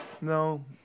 No